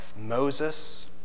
Moses